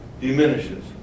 diminishes